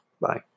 Bye